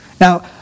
now